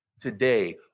today